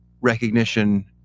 recognition